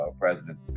President